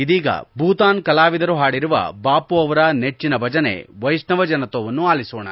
ಇದೀಗ ಭೂತಾನ್ ಕಲಾವಿದರು ಹಾಡಿರುವ ಬಾಮ ಅವರ ನೆಚ್ಚಿನ ಭಜನೆ ವೈಷ್ಣವೊ ಜನತ್ತೊ ವನ್ನು ಅಲಿಸೋಣ